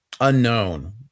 unknown